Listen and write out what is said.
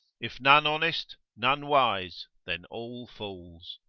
if none honest, none wise, then all fools.